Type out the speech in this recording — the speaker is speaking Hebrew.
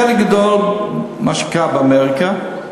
חלק גדול ממה שקרה באמריקה,